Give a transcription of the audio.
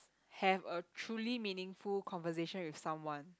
have a truly meaningful conversation with someone